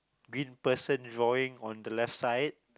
green person drawing on the left side